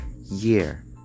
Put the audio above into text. year